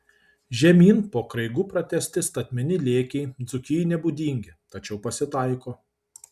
žemyn po kraigu pratęsti statmeni lėkiai dzūkijai nebūdingi tačiau pasitaiko